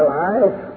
life